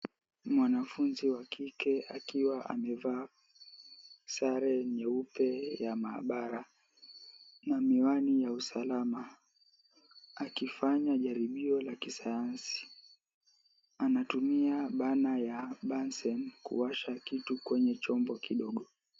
Mwanafunzi wa kike akiwa amevaa sare nyeupe ya maabara na miwani ya usalama akifanya jaribio la kisayansi. Anatumia burner ya bunsen kuwasha kitu kwenye chombo kidogo.